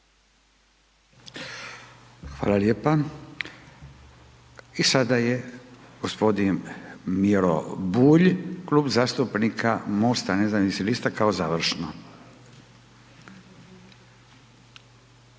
Hvala lijepa. I sada je g. Miro Bulj, Klub zastupnika MOST-a nezavisnih lista kao završno.